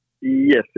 Yes